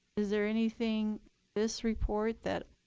is there anything this report that